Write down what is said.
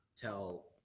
tell